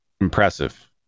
impressive